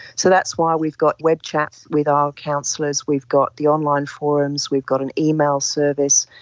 so that's why we've got web chat with our counsellors, we've got the online forums, we've got an email service,